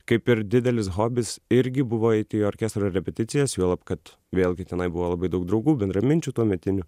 kaip ir didelis hobis irgi buvo eiti į orkestro repeticijas juolab kad vėlgi tenai buvo labai daug draugų bendraminčių tuometinių